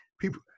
People